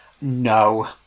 no